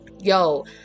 yo